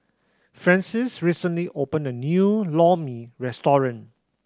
Francis recently opened a new Lor Mee restaurant